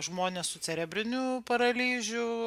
žmones su cerebriniu paralyžiu